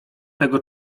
tego